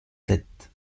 sept